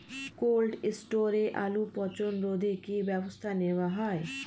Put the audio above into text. Cold স্টোরে আলুর পচন রোধে কি ব্যবস্থা নেওয়া হয়?